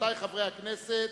רבותי חברי הכנסת.